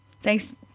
Thanks